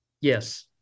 Yes